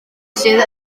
sydd